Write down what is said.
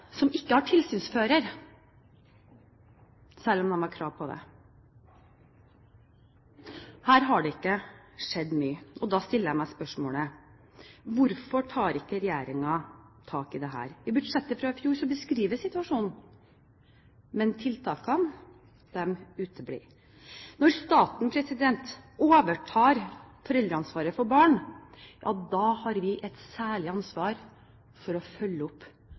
som ikke har tilsynsfører selv om de har krav på det. Her har det ikke skjedd mye. Da stiller jeg meg spørsmålet: Hvorfor tar ikke regjeringen tak i dette? I budsjettet fra i fjor beskrives situasjonen, men tiltakene uteblir. Når staten overtar foreldreansvaret for barn, har vi et særlig ansvar for å følge opp